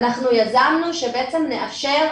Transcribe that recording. אנחנו יזמנו שבעצם נאפשר,